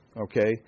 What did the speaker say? Okay